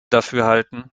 dafürhalten